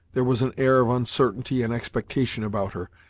there was an air of uncertainty and expectation about her,